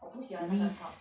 我不喜欢那个痛